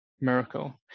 miracle